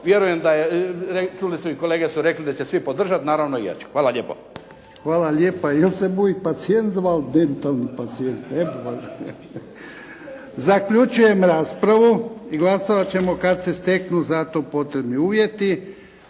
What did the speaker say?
rekao. Čuli su i kolege su rekli da će svi podržati, naravno i ja ću. **Jarnjak, Ivan (HDZ)** Hvala lijepo. Još se bu i pacijent zval dentalni pacijent. Zaključujem raspravu i glasovat ćemo kada se steknu za to potrebni uvjeti.